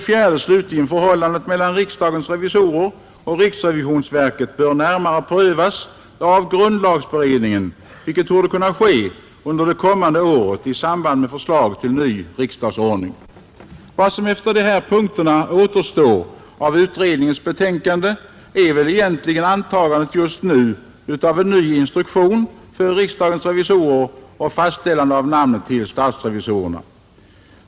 4, Förhållandet mellan riksdagens revisorer och riksrevisionsverket bör närmare prövas av grundlagberedningen, vilket torde kunna ske under det kommande året i samband med förslag till ny riksdagsordning. Vad som efter dessa punkter återstår av utredningsbetänkandet är väl egentligen antagandet just nu av en ny instruktion för riksdagens revisorer och fastställandet av namnet till statsrevisorerna.